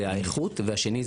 זה האיכות והשני,